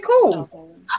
cool